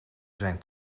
zijn